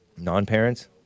Non-parents